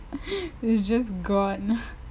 it's just gone